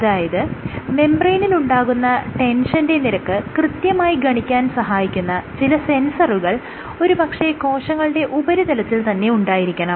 അതായത് മെംബ്രേയ്നിലുണ്ടാകുന്ന ടെൻഷന്റെ നിരക്ക് കൃത്യമായി ഗണിക്കാൻ സഹായിക്കുന്ന ചില സെൻസറുകൾ ഒരു പക്ഷെ കോശങ്ങളുടെ ഉപരിതലത്തിൽ തന്നെ ഉണ്ടായിരിക്കണം